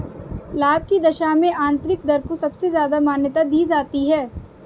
लाभ की दशा में आन्तरिक दर को सबसे ज्यादा मान्यता दी जाती है